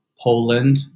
Poland